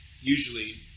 usually